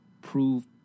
prove